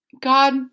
God